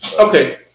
Okay